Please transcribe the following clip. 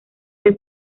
que